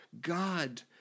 God